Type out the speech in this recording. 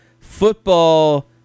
football